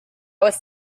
was